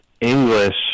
English